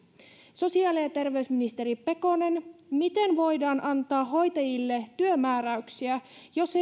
sosiaali ja terveysministeri pekonen miten voidaan antaa hoitajille työmääräyksiä jos